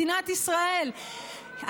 מדינת ישראל,